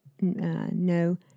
no